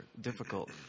difficult